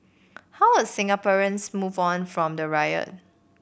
how are Singaporeans move on from the riot